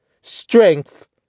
strength